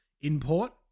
import